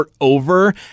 over